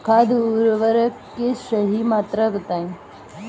खाद उर्वरक के सही मात्रा बताई?